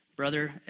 brother